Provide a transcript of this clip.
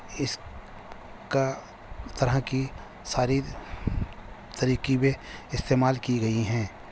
اس کا طرح کی ساری ترکیبیں استعمال کی گئی ہیں